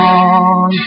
on